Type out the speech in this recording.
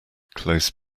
close